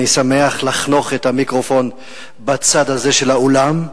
אני שמח לחנוך את המיקרופון בצד הזה של האולם.